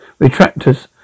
retractors